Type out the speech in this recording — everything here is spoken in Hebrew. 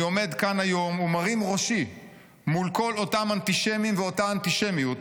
אני עומד כאן היום ומרים ראשי מול כל אותם אנטישמים ואותה אנטישמיות.